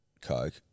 coke